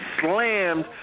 slammed